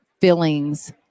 fillings